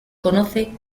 conoce